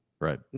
Right